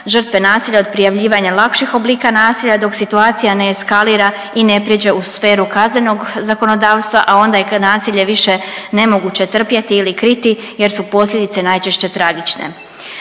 žrtve nasilja od prijavljivanja lakših oblika nasilja dok situacija ne eskalira i ne prijeđe u sferu kaznenog zakonodavstva, a onda i kad nasilje više nemoguće trpjeti ili kriti jer su posljedice najčešće tragične,